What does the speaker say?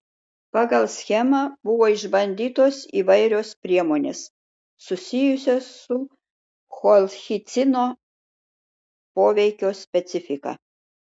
pagal schemą buvo išbandytos įvairios priemonės susijusios su kolchicino poveikio specifika